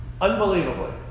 unbelievably